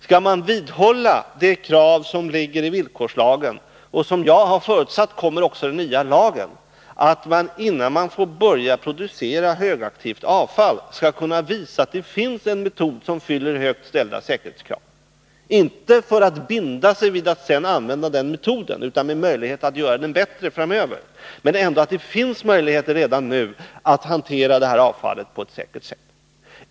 Skall man vidhålla de krav som ligger i villkorslagen och som jag har förutsatt kommer att ställas också i den nya lagen, att man innan man får börja producera högaktivt avfall skall kunna visa att det finns en metod som fyller högt ställda säkerhetskrav när det gäller att hantera detta avfall — inte för att binda sig för att sedan använda den metoden men med möjlighet att göra den bättre framöver?